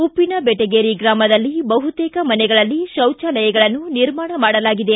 ಉಪ್ಪನ ಬೆಟಗೇರಿ ಗ್ರಾಮದಲ್ಲಿ ಬಹುತೇಕ ಮನೆಗಳಲ್ಲಿ ಶೌಜಾಲಯಗಳನ್ನು ನಿರ್ಮಾಣ ಮಾಡಲಾಗಿದೆ